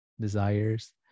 desires